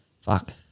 Fuck